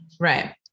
Right